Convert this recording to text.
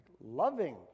loving